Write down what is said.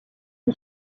lui